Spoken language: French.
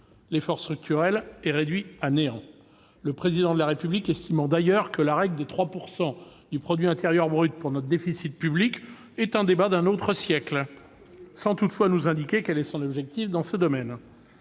L'effort structurel est réduit à néant, le Président de la République estimant d'ailleurs que la règle des 3 % du PIB pour notre déficit public relève d'« un débat d'un autre siècle », sans toutefois indiquer quel est son objectif dans ce domaine.